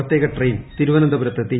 പ്രത്യേക ട്രെ്യിൻ തിരുവനന്തപുരത്തെത്തി